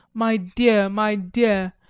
my dear, my dear,